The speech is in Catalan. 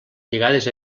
lligades